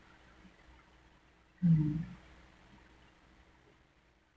um